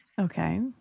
Okay